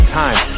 time